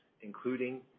including